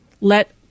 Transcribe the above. let